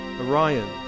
Orion